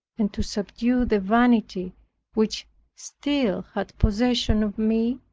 and to subdue the vanity which still had possession of me,